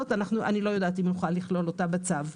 לא יודעת אם נוכל לכלול את העבירה הזאת בצו,